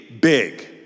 big